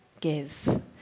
give